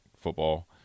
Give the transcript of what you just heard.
football